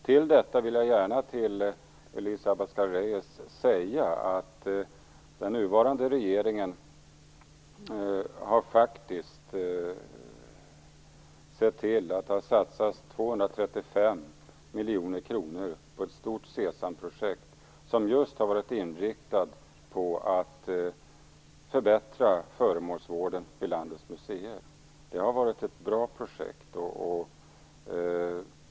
Till detta vill jag gärna till Elisa Abascal Reyes säga att den nuvarande regeringen faktiskt har sett till att det har satsats 235 miljoner kronor på ett stort Sesamprojekt, som just har varit inriktat på att förbättra föremålsvården vid landets museer. Det har varit ett bra projekt.